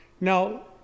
Now